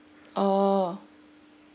oh